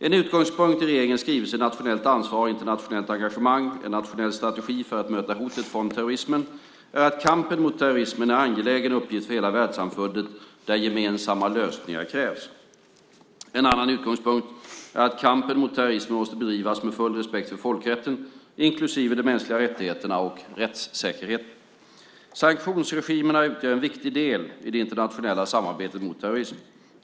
En utgångspunkt i regeringens skrivelse Nationellt ansvar och internationellt engagemang - En nationell strategi för att möta hotet från terrorismen är att kampen mot terrorismen är en angelägen uppgift för hela världssamfundet där gemensamma lösningar krävs. En annan utgångspunkt är att kampen mot terrorism måste bedrivas med full respekt för folkrätten, inklusive de mänskliga rättigheterna och rättssäkerheten. Sanktionsregimerna utgör en viktig del i det internationella samarbetet mot terrorism.